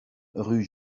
rue